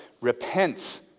Repent